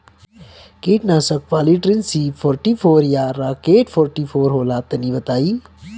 कीटनाशक Polytrin C forty four या Rocket forty four होला तनि बताई?